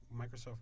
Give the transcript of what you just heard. Microsoft